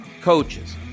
coaches